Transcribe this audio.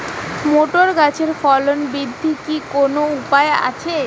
Motor গাছের ফলন বৃদ্ধির কি কোনো উপায় আছে?